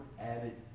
added